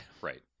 right